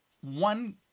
one